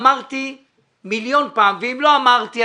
אמרתי מיליון פעם ואם לא אמרתי,